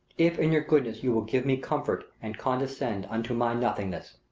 if in your goodness you will give me comfort and condescend unto my nothingness,